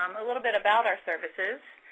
um a little bit about our services.